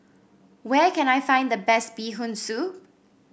where can I find the best Bee Hoon Soup